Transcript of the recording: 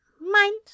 Mind